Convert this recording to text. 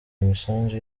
imisanzu